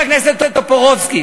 הכנסת טופורובסקי,